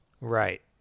Right